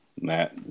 Matt